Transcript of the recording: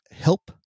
help